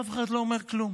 ואף אחד לא אומר כלום.